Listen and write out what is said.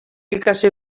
ikasi